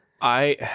I-